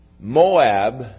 Moab